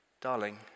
darling